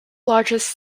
largest